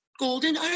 golden